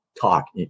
Talk